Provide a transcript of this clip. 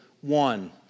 one